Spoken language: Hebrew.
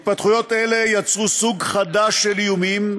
התפתחויות אלה יצרו סוג חדש של איומים,